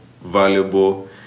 valuable